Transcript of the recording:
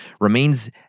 remains